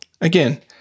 again